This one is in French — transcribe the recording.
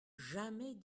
jamais